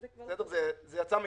זה יצא מאתנו.